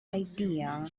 idea